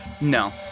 No